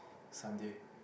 Sunday